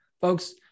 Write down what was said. folks